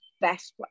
best